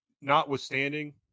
notwithstanding